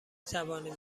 توانیم